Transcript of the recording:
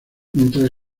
mientras